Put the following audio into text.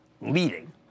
leading